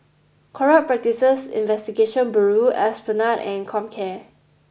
Corrupt Practices Investigation Bureau Esplanade and Comcare